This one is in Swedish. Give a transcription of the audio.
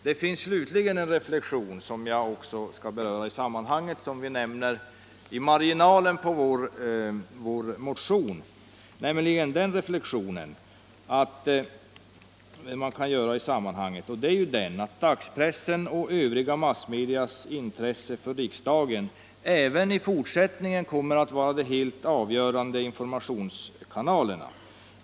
Man kan vidare göra den reflexionen — som finns med i marginalen i vår motion — att dagspressen och övriga massmedia även i fortsättningen kommer att vara de helt avgörande informationskanalerna.